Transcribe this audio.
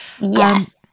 Yes